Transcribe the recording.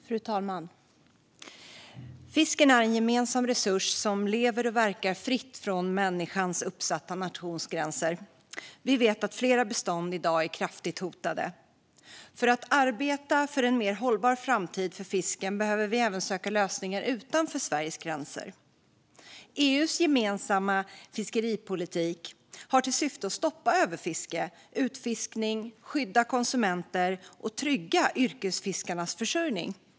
Fru talman! Fisken är en gemensam resurs som lever och verkar fritt från människans uppsatta nationsgränser. Vi vet att flera bestånd i dag är kraftigt hotade. För att arbeta för en mer hållbar framtid för fisken behöver vi även söka lösningar utanför Sveriges gränser. EU:s gemensamma fiskeripolitik har till syfte att stoppa överfiske och utfiskning, skydda konsumenter och trygga yrkesfiskarnas försörjning.